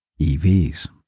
EVs